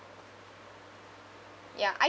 ya I